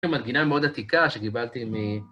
זו מנגינה מאוד עתיקה שקיבלתי מ...